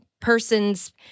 persons